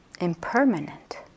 impermanent